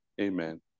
amen